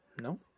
no